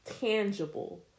tangible